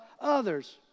others